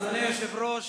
אדוני היושב-ראש,